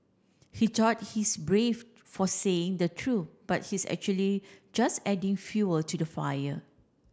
he thought he's brave for saying the truth but he's actually just adding fuel to the fire